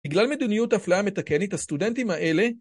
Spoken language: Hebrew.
בגלל מדיניות אפלייה מתקנת הסטודנטים האלה